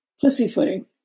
pussyfooting